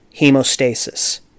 hemostasis